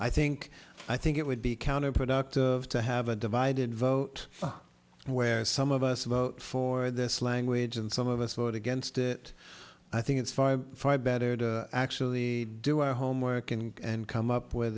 i think i think it would be counterproductive to have a divided vote where some of us vote for this language and some of us vote against it i think it's far better to actually do our homework and come up w